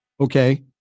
Okay